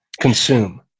consume